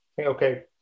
okay